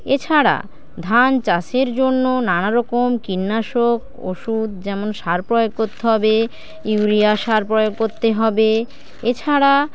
এছাড়া ধান চাষের জন্য নানারকম কীটনাশক ওষুধ যেমন সার প্রয়োগ করতে হবে ইউরিয়া সার প্রয়োগ করতে হবে এছাড়া